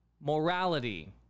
morality